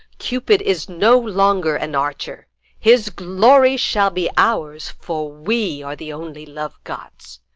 cupid is no longer an archer his glory shall be ours, for we are the only love-gods.